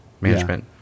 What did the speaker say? management